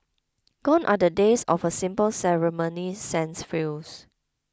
gone are the days of a simple ceremony sans frills